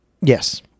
Yes